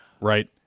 right